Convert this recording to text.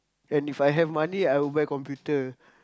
and if I have money I will buy computer